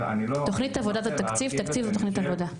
תוכנית עבודה זה תקציב, תקציב זה תוכנית עבודה.